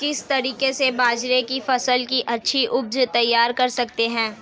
किस तरीके से बाजरे की फसल की अच्छी उपज तैयार कर सकते हैं?